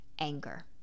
anger